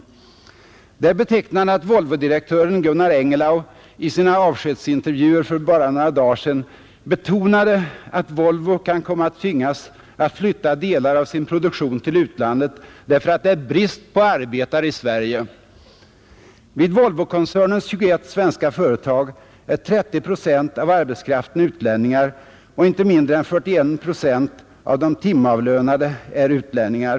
Det är betecknande att Volvodirektören Gunnar Engellau i sina avskedsintervjuer för bara några dagar sedan betonade att Volvo kan komma att tvingas att flytta delar av sin produktion till utlandet därför att det råder brist på arbetare i Sverige. Vid Volvokoncernens 21 svenska företag är 30 procent av arbetskraften utlänningar, och inte mindre än 41 procent av de timavlönade är utlänningar.